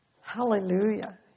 Hallelujah